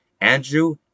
Andrew